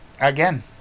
again